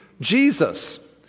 Jesus